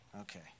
Okay